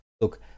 look